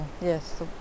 yes